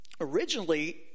Originally